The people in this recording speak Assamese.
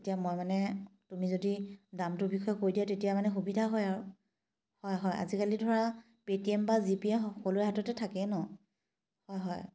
তেতিয়া মই মানে তুমি যদি দামটো বিষয়ে কৈ দিয়া তেতিয়া মানে সুবিধা হয় আৰু হয় হয় আজিকালি ধৰা পে' টি এম বা জি পে' সকলোৰে হাততে থাকে ন হয় হয়